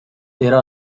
there